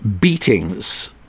beatings